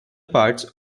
parts